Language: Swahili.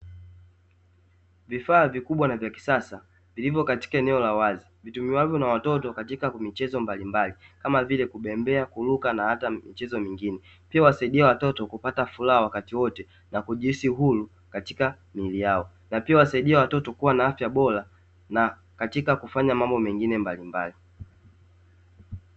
Vifaa vikubwa na vya kisasa vilivyo katika eneo la wazi vitumiwavyo na watoto katíka michezo mbalimbali kama vile kubembea , kuruka na hata michezo mingine . Pia husaidia watoto kupata furaha wakati wote na kujihisi huru katika miili yao na pia huwasaidia watoto kuwa na afya Bora na katika kufanya mambo mengine mbalimbali .